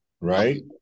right